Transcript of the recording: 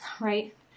right